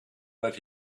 that